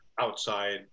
outside